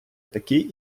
такий